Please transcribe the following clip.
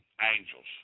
angels